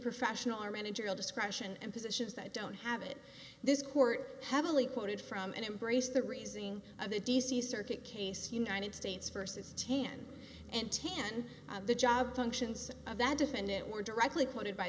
professional or managerial discretion and positions that don't have it this court heavily quoted from and embrace the raising of the d c circuit case united states versus ten and ten the job functions of that defendant were directly quoted by